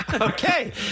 Okay